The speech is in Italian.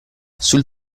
sul